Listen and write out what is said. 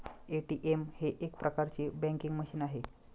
ATM हे एक प्रकारचे बँकिंग मशीन आहे